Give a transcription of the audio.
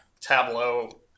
Tableau